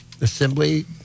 assembly